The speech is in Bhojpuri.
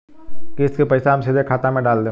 किस्त के पईसा हम सीधे खाता में डाल देम?